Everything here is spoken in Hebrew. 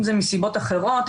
אם זה מסיבות אחרות,